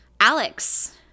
Alex